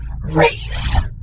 race